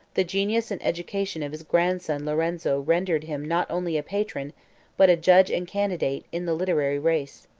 the genius and education of his grandson lorenzo rendered him not only a patron but a judge and candidate, in the literary race.